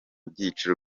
byiciro